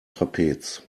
trapez